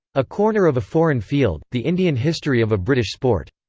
a corner of a foreign field the indian history of a british sport.